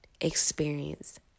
experience